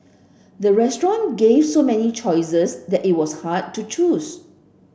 the restaurant gave so many choices that it was hard to choose